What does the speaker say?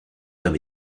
homme